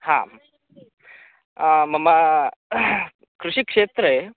मम कृषिक्षेत्रे